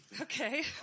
Okay